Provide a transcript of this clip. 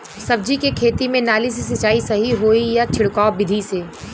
सब्जी के खेती में नाली से सिचाई सही होई या छिड़काव बिधि से?